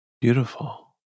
Beautiful